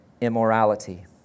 immorality